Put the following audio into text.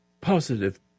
positive